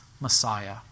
Messiah